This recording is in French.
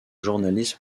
journalisme